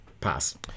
Pass